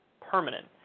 permanent